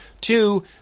Two